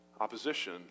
opposition